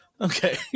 Okay